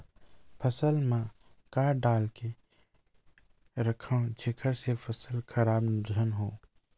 फसल म का डाल के रखव जेखर से फसल खराब झन हो?